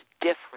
different